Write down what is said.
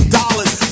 dollars